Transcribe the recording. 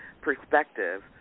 perspective